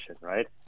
right